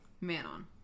Manon